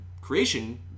creation